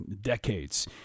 decades